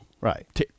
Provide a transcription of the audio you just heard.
Right